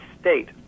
state